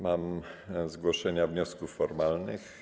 Mam zgłoszenia wniosków formalnych.